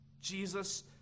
Jesus